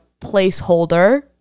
placeholder